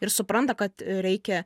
ir supranta kad reikia